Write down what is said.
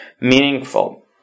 meaningful